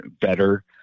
better